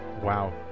Wow